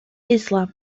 islam